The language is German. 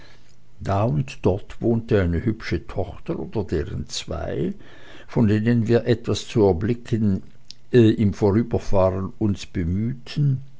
da und dort wohnte eine hübsche tochter oder deren zwei von denen etwas zu erblicken wir im vorüberfahren uns bemühten